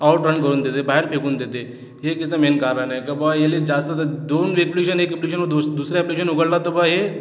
outrun करून देते बाहेर फेकून देते हे त्याचं मेन कारण आहे की बुवा ह्याले जास्त जर दोन ॲप्लिकेशन जर एक ॲप्लिकेशन दुसऱ्या ॲप्लिकेशन उघडला तर बुवा हे